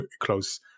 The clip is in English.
close